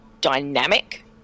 dynamic